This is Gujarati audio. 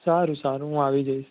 સારું સારું હું આવી જઈશ